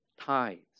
tithes